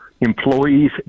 employees